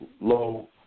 low